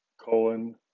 colon